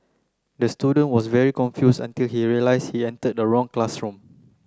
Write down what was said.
the student was very confused until he realized he entered the wrong classroom